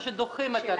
או שדוחים את הרוויזיה?